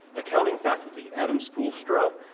accounting faculty, adam spoolstra,